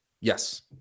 Yes